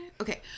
Okay